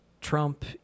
Trump